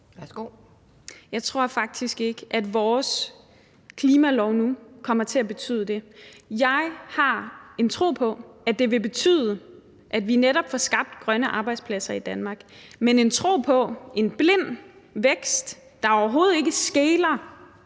Jeg tror faktisk ikke, at vores klimalov nu kommer til at betyde det. Jeg har en tro på, at det vil betyde, at vi netop får skabt grønne arbejdspladser i Danmark. Men en blind tro på en vækst, der overhovedet ikke skeler